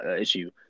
issue